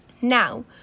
Now